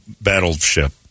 battleship